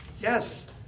yes